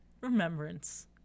remembrance